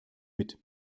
mit